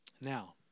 Now